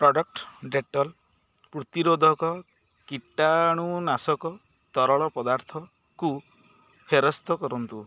product Dettol ପ୍ରତିରୋଧକ କୀଟାଣୁନାଶକ ତରଳ ପଦାର୍ଥକୁ ଫେରସ୍ତ କରନ୍ତୁ